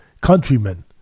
countrymen